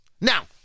now